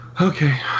Okay